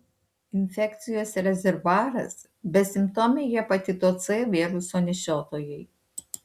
infekcijos rezervuaras besimptomiai hepatito c viruso nešiotojai